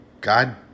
God